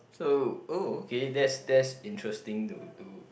so oh okay that's that's interesting to to